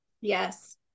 Yes